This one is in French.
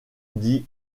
dit